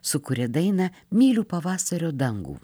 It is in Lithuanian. sukuria daina myliu pavasario dangų